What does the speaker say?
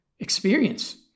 Experience